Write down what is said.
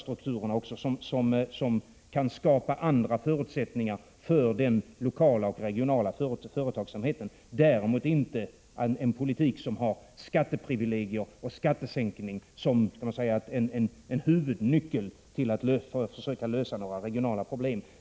Det är sådana ting som kan skapa andra förutsättningar för den lokala och regionala företagsamheten, däremot inte en politik som har skatteprivilegier och skattesänkning som en huvudnyckel till att försöka lösa några regionala problem.